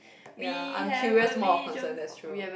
ya I'm curious more of concern that's true